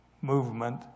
movement